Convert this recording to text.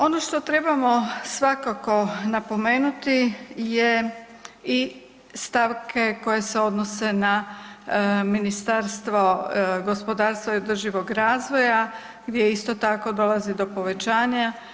Ono što trebamo svakako napomenuti je i stavke koje se odnose na Ministarstvo gospodarstva i održivog razvoja gdje isto tako dolazi do povećanja.